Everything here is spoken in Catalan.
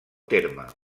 terme